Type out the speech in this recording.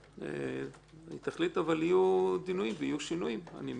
אבל יהיו דיונים ושינויים, אני מניח,